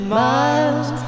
miles